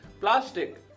plastic